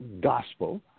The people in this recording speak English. gospel